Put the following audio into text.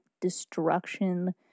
destruction